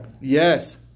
Yes